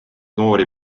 noori